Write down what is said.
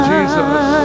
Jesus